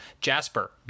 Jasper